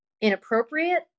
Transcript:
inappropriate